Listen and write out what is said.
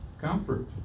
comfort